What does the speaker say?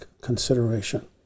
consideration